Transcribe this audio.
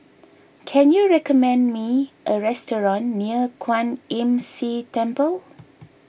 can you recommend me a restaurant near Kwan Imm See Temple